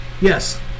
Yes